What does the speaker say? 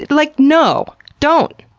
like, no! don't!